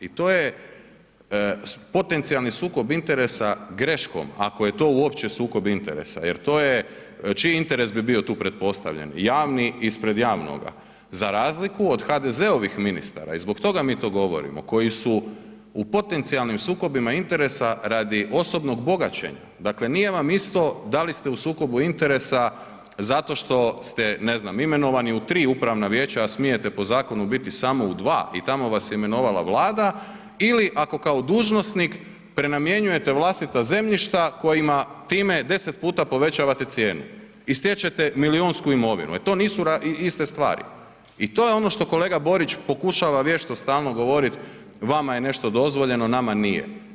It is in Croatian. I to je potencijalni sukob interesa greškom ako je to uopće sukob interesa jer to je, čiji interes bi bio tu pretpostavljen, javni ispred javnoga, za razliku od HDZ-ovih ministara i zbog toga mi to govorimo koji su u potencijalnim sukobima interesa radi osobnog bogaćenja, dakle nije vam isto da li ste u sukobu interesa zato što ste, ne znam, imenovani u 3 upravna vijeća, a smijete po zakonu biti samo u 2 i tamo vas je imenovala Vlada ili ako kao dužnosnik prenamjenjujete vlastita zemljišta kojima time 10 puta povećavate cijenu i stječete milijunsku imovinu, e to nisu iste stvari i to je ono što kolega Borić pokušava vječno stalno govorit vama je nešto dozvoljeno, nama nije.